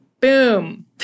Boom